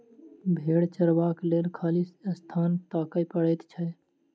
भेंड़ चरयबाक लेल खाली स्थान ताकय पड़ैत छै